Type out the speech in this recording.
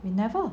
we never